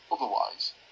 otherwise